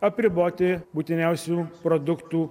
apriboti būtiniausių produktų